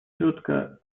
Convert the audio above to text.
четко